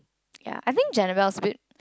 ya I think Janabelle's a bit